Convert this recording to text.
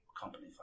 company